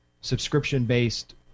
subscription-based